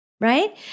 right